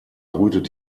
brütet